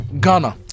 ghana